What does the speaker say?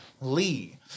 Lee